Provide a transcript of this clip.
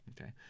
Okay